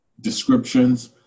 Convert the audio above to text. descriptions